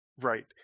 right